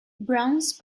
bronze